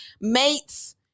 mates